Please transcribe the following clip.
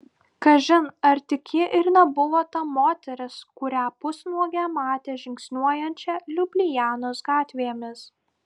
kažin ar tik ji ir nebuvo ta moteris kurią pusnuogę matė žingsniuojančią liublianos gatvėmis